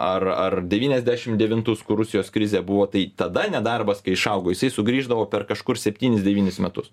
ar ar devynasdešim devintus kur rusijos krizė buvo tai tada nedarbas kai išaugo jisai sugrįždavo per kažkur septynis devynis metus